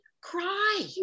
Cry